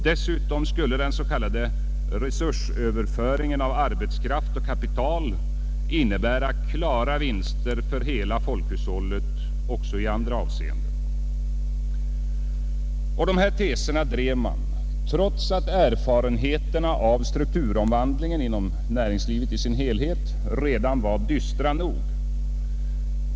Dessutom skulle den s.k. resursöverföringen av arbetskraft och kapital innebära klara vinster för hela folkhushållet också i andra avseenden. Dessa teser drev man trots att erfarenheterna av strukturomvandlingen inom näringslivet i dess helhet redan var dystra nog.